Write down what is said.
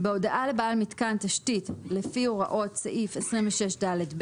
(א)בהודעה לבעל מיתקן תשתית לפי הוראות סעיף 26ד(ב),